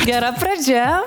gera pradžia